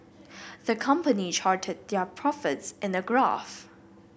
the company charted their profits in a graph